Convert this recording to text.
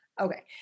Okay